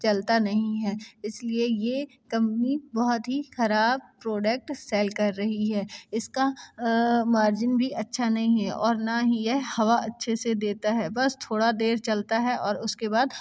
चलता नहीं है इसलिए ये कंपनी बहुत ही खराब प्रोडक्ट सेल कर रही है इसका मार्जिन भी अच्छा नही है और ना ही यह हवा अच्छे से देता है बस थोड़ा देर चलता है और उसके बाद